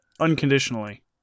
unconditionally